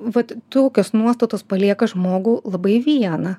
vat tokios nuostatos palieka žmogų labai vieną